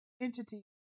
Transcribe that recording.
entity